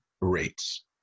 rates